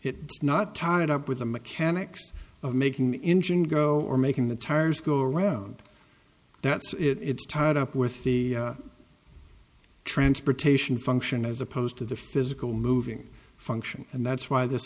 is not tied up with the mechanics of making an engine go or making the tires go around that's it's tied up with the transportation function as opposed to the physical moving function and that's why this